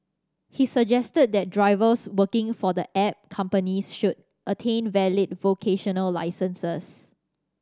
he suggested that drivers working for the app companies should attain valid vocational licences